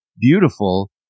beautiful